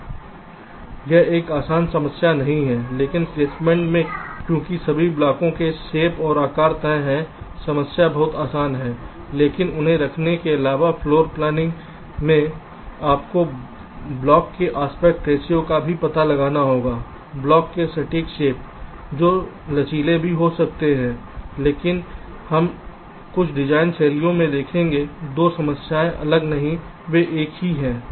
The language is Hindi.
तो यह एक आसान समस्या नहीं है लेकिन प्लेसमेंट में क्योंकि सभी ब्लॉकों के शेप और आकार तय हैं समस्या बहुत आसान है लेकिन उन्हें रखने के अलावा फ्लोर प्लानिंग में आपको ब्लॉक के आस्पेक्ट रेसिओ का भी पता लगाना होगा ब्लॉक के सटीक शेप जो लचीले भी पता लगाना होगा लेकिन हम कुछ डिज़ाइन शैलियों में देखेंगे दो समस्याएं अलग नहीं हैं वे एक ही हैं